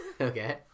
Okay